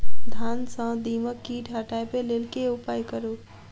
धान सँ दीमक कीट हटाबै लेल केँ उपाय करु?